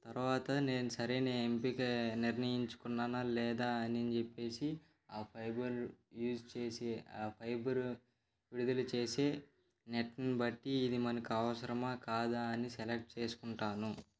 తర్వాత నేను సరైన ఎంపిక నిర్ణయించుకున్నానా లేదా అని చెప్పేసి ఆ ఫైబర్ యూజ్ చేసే ఆ ఫైబరు విడుదల చేసే నెట్ని బట్టి ఇది మనకు అవసరమా కాదా అని సెలెక్ట్ చేసుకుంటాను